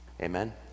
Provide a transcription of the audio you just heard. Amen